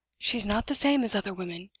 she's not the same as other women!